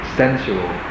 sensual